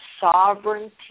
sovereignty